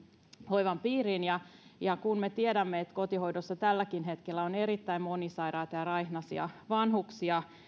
hoivan piiriin ja ja kun me tiedämme että kotihoidossa tälläkin hetkellä on erittäin monisairaita ja raihnaisia vanhuksia